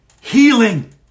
healing